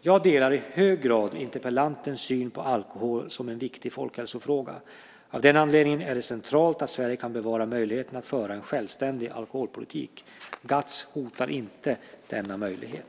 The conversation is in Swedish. Jag delar i hög grad interpellantens syn på alkohol som en viktig folkhälsofråga. Av den anledningen är det centralt att Sverige kan bevara möjligheten att föra en självständig alkoholpolitik. GATS hotar inte denna möjlighet.